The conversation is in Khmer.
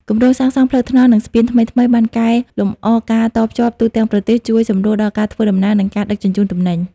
គម្រោងសាងសង់ផ្លូវថ្នល់ និងស្ពានថ្មីៗ បានកែលម្អការតភ្ជាប់ទូទាំងប្រទេស ជួយសម្រួលដល់ការធ្វើដំណើរ និងការដឹកជញ្ជូនទំនិញ។